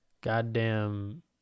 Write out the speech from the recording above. goddamn